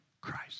Christ